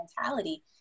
mentality